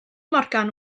morgan